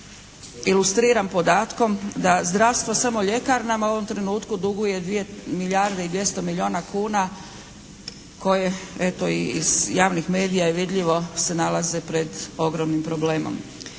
ilustriram podatkom da zdravstvo samo ljekarnama u ovom trenutku duguje 2 milijarde i 200 milijuna kuna koje eto, iz javnih medija je vidljivo se nalaze pred ogromnim problemom.